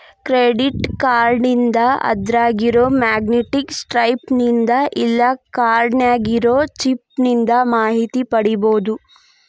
credit ಕಾರ್ಡ್ನಿಂದ ಅದ್ರಾಗಿರೊ magnetic stripe ನಿಂದ ಇಲ್ಲಾ ಕಾರ್ಡ್ ನ್ಯಾಗಿರೊ ಚಿಪ್ ನಿಂದ ಮಾಹಿತಿ ಪಡಿಬೋದು